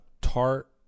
Tart